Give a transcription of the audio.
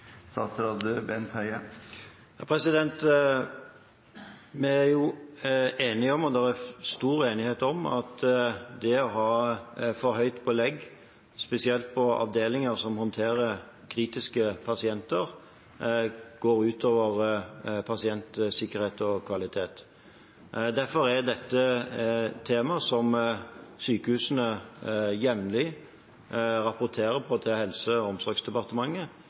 Vi er jo enige om – og det er stor enighet om – at det å ha for høyt belegg, spesielt på avdelinger som behandler kritiske pasienter, går ut over pasientsikkerhet og kvalitet. Derfor er dette et tema som sykehusene jevnlig rapporter på til Helse- og omsorgsdepartementet,